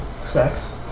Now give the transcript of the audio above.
sex